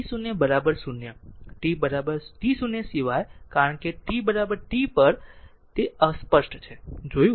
ત્યારથી Δ t t0 0 t t0 સિવાય કારણ કે t t0 પર તે અસ્પષ્ટ છે જોયું